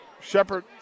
Shepard